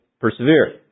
persevere